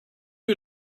you